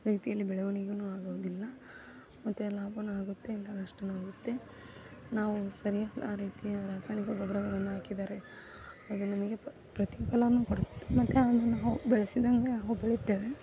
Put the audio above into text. ರೀತಿಯಲ್ಲಿ ಬೆಳವಣಿಗೆಯೂ ಆಗುವುದಿಲ್ಲ ಮತ್ತೆ ಲಾಭವೂ ಆಗುತ್ತೆ ಇಲ್ಲ ನಷ್ಟನೂ ಆಗುತ್ತೆ ನಾವು ಸರಿಯಾದ ರೀತಿಯ ರಾಸಾಯನಿಕ ಗೊಬ್ಬರಗಳನ್ನು ಹಾಕಿದರೆ ಅದು ನಮಗೆ ಪ್ರತಿಫಲವೂ ಕೊಡುತ್ತೆ ಮತ್ತು ಅದು ನಾವು ಬೆಳೆಸಿದಂತೆ ಅವು ಬೆಳಿತವೆ